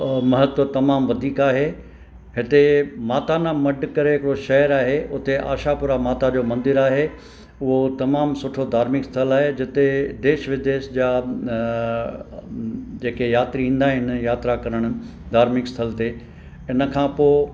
महत्व तमामु वधीक आहे हिते माता ना मढ़ करे हिकिड़ो शहर आहे उते आशापुरा माता जो मंदरु आहे उहो तमामु सुठो धार्मिक स्थल आहे जिते देश विदेश जा जेके यात्री ईंदा आहिनि यात्रा करणु धार्मिक स्थल ते इन खां पोइ